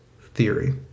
theory